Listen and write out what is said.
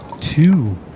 two